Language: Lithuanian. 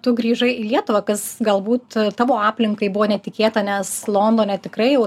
tu grįžai į lietuvą kas galbūt tavo aplinkai buvo netikėta nes londone tikrai jau